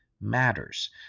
matters